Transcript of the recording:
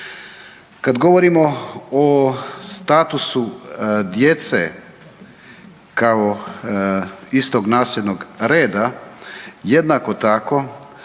Kad govorimo o statusu djece kao istog nasljednog reda, jednako tako,